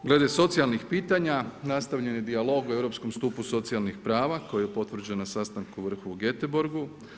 Glede socijalnih pitanja nastavljen je dijalog u europskom stupu socijalnih prava koji je potvrđen na sastanku … u Gӧteborgu.